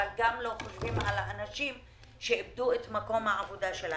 אבל אנחנו לא חושבים על האנשים שאיבדו את מקום העבודה שלהם.